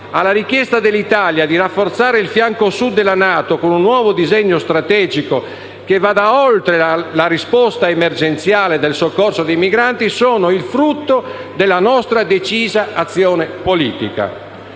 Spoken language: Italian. alla richiesta dell'Italia di rafforzare il fianco Sud della NATO con un nuovo disegno strategico che vada oltre la risposta emergenziale del soccorso dei migranti, sono il frutto della nostra decisa azione politica.